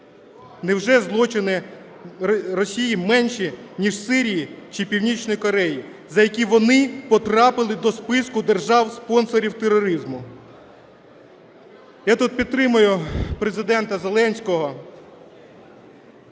Невже злочини Росії менші ніж Сирії чи Північної Кореї, за які вони потрапили до списку держав-спонсорів тероризму? Я тут підтримую Президента Зеленського,